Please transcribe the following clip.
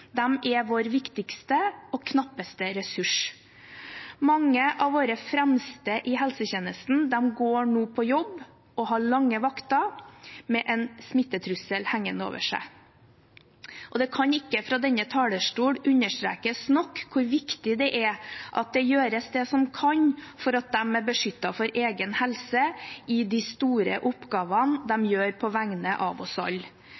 er vår viktigste og knappeste ressurs. Mange av våre fremste i helsetjenesten går nå på jobb og har lange vakter med en smittetrussel hengende over seg. Det kan ikke fra denne talerstol understrekes nok hvor viktig det er at det gjøres det som kan for at de er beskyttet med tanke på egen helse i de store oppgavene de gjør på vegne av oss